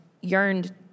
yearned